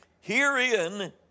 Herein